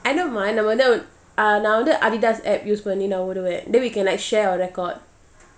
I don't mind நாமவந்து:nama vandhu uh நான்வந்து:nan vandhu Adidas app use நான்வருவேன்:nan varuven then we can like share our record